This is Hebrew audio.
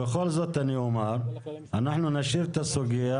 בכל זאת אני אומר, אנחנו נשאיר את הסוגיה.